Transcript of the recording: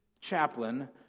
chaplain